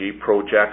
projects